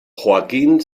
joaquín